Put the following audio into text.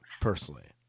personally